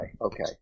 okay